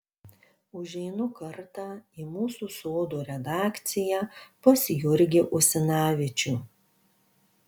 užeinu kartą į mūsų sodų redakciją pas jurgį usinavičių